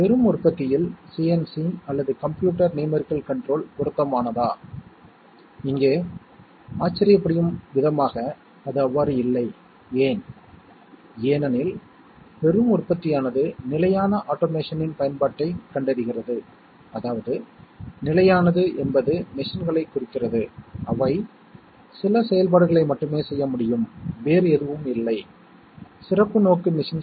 நினைவில் கொள்ளுங்கள் சில சமயங்களில் அவை கணித ரீதியாக குறியீடுகளைப் போல நடந்து கொள்ளலாம் ஆனால் அவை சரியாக கணித செயல்பாடுகள் அல்ல குறைந்தபட்சம் இந்த நேரத்தில் நாம் லாஜிக் செயல்பாடுகளை மட்டுமே விவாதிக்கிறோம்